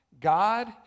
God